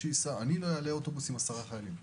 אני לא אעלה אוטובוסים עם 10 חיילים.